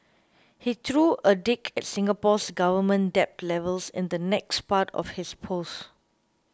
he threw a dig at Singapore's government debt levels in the next part of his post